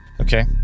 Okay